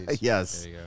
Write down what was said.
Yes